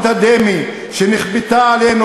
וחרפה שאתה עומד עם הכאפיה פה,